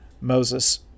Moses